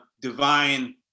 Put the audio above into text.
divine